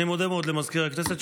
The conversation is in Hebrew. אני מודה מאוד למזכיר הכנסת,